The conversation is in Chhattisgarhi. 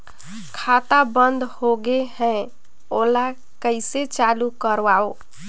खाता बन्द होगे है ओला कइसे चालू करवाओ?